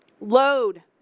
Load